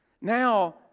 now